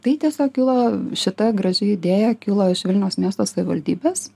tai tiesiog kilo šita graži idėja kilo iš vilniaus miesto savivaldybės